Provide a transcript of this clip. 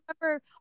remember